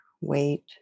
weight